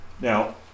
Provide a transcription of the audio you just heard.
Now